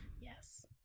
Yes